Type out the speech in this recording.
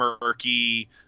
murky